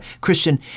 Christian